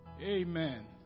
Amen